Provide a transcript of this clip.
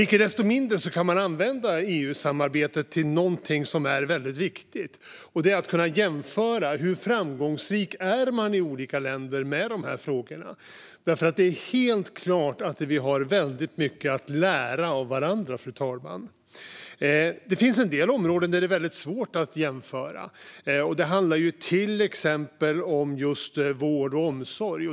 Icke desto mindre kan man använda EU-samarbetet till någonting som är väldigt viktigt. Det är att kunna jämföra hur framgångsrik man är i olika länder med dessa frågor. Det är helt klart att vi har väldigt mycket att lära av varandra, fru talman. Det finns en del områden där det är väldigt svårt att jämföra. Det handlar till exempel om just vård och omsorg.